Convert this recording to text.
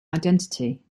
identity